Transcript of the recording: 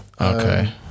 Okay